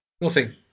Nothing